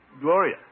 Gloria